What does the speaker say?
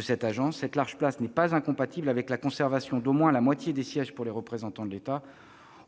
cette agence. Cela n'est pas incompatible avec la conservation d'au moins la moitié des sièges pour les représentants de l'État.